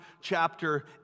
chapter